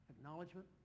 acknowledgement